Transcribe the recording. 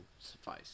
suffice